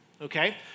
okay